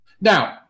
Now